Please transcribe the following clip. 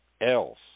else